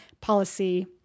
policy